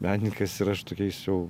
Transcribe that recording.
menininkas ir aš tokiais jau